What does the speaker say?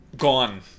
Gone